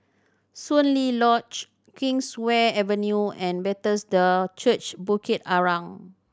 Soon Lee Lodge Kingswear Avenue and Bethesda Church Bukit Arang